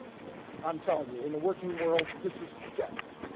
ok. i'm telling you in the working world this is death.